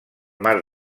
mar